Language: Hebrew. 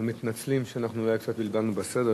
אנחנו מתנצלים שאנחנו אולי קצת בלבלנו בסדר,